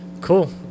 Cool